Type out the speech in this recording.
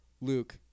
Luke